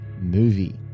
movie